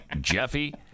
Jeffy